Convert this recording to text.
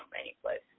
anyplace